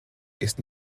ist